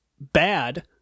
bad